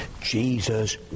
Jesus